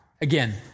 again